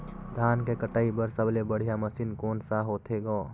धान के कटाई बर सबले बढ़िया मशीन कोन सा होथे ग?